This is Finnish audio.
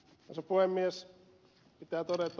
pitää todeta ed